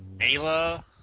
Ayla